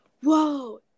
Whoa